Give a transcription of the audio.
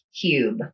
cube